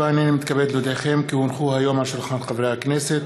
ועוברת לדיון ולהכנה לקריאה שנייה ושלישית בוועדת